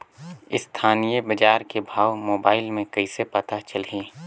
स्थानीय बजार के भाव मोबाइल मे कइसे पता चलही?